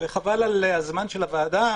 וחבל על הזמן של הוועדה,